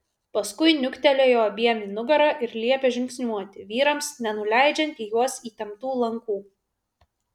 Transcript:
paskui niuktelėjo abiem į nugarą ir liepė žingsniuoti vyrams nenuleidžiant į juos įtemptų lankų